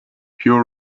pure